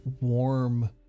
warm